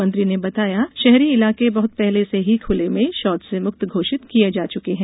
मंत्री ने बताया शहरी इलाके बहुत पहले ही खुले में शौच से मुक्त घोषित किये जा चुके हैं